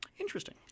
interesting